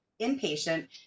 Inpatient